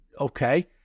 okay